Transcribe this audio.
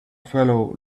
fellow